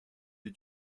des